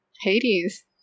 Hades